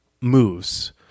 moves